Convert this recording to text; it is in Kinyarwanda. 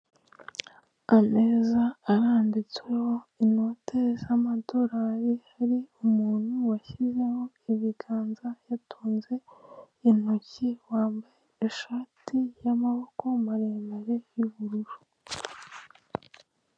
Ameza arambitsweho inote z’ amadorari hari umuntu washyizeho ibiganza yatonze intoki wambaye ishati yamaboko maremare y’ ubururu.